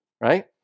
right